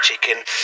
chicken